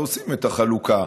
ועושים את החלוקה.